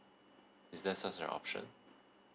is there such an option